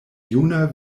juna